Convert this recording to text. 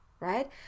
right